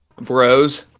bros